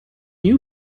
you